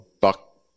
buck